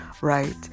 right